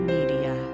Media